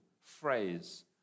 phrase